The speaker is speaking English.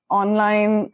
online